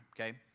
okay